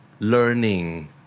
learning